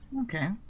Okay